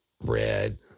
red